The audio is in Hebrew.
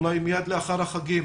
ואולי מיד לאחר החגים,